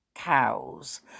cows